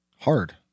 hard